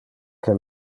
que